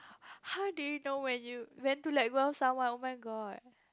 how did you know when you when to like want someone oh-my-god